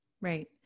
Right